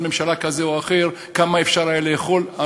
ממשלתי כזה או אחר כמה ארוחות אפשר היה לאכול,